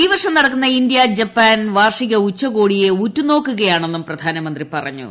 ഈ വർഷം നടക്കുന്ന ഇന്ത്യ ജപ്പാൻ വാർഷിക ഉച്ചകോടിയെ ഉറ്റുനോക്കുകയാണെന്നും പ്രധാനമന്ത്രി പറഞ്ഞു